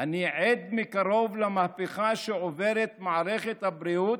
אני עד מקרוב למהפכה שעוברת מערכת הבריאות.